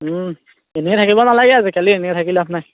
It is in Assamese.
ইনেই থাকিব নালাগে আজিকালি ইনেই থাকিলে লাভ নাই